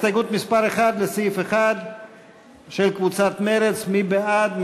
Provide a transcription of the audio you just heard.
הסתייגות מס' 1 לסעיף 1, של קבוצת מרצ, מי בעד?